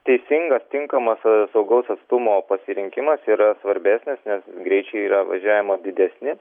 teisingas tinkamas saugaus atstumo pasirinkimas yra svarbesnis nes greičiai yra važiavimo didesni